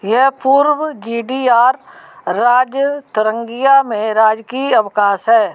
यह पूर्व G D R राज्य तरंगिया में राजकीय अवकाश है